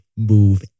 move